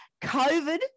COVID